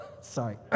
Sorry